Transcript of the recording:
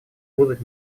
будут